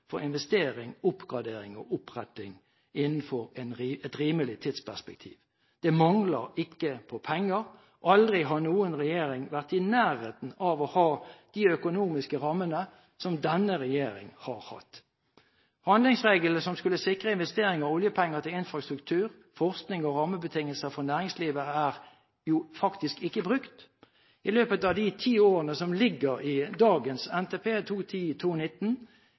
for investering, oppgradering og oppretting innenfor et rimelig tidsperspektiv. Det mangler ikke penger. Aldri har noen regjering vært i nærheten av å ha de økonomiske rammene som denne regjeringen har hatt. Handlingsregelen som skulle sikre investering av oljepenger til infrastruktur, forskning og rammebetingelser for næringslivet, er faktisk ikke brukt. I løpet av de ti årene som ligger i dagens NTP